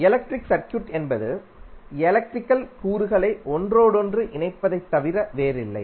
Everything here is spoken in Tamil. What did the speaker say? எலக்ட்ரிக் சர்க்யூட் என்பது எலக்ட்ரிக்கல் கூறுகளை ஒன்றோடொன்று இணைப்பதைத் தவிர வேறில்லை